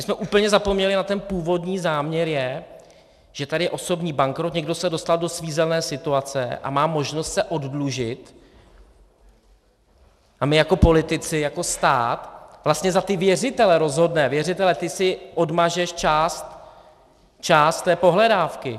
My jsme úplně zapomněli na ten původní záměr je, že tady je osobní bankrot, někdo se dostal do svízelné situace a má možnost se oddlužit, a my jako politici, jako stát vlastně za ty věřitele rozhodne: věřiteli, ty si odmažeš část té pohledávky.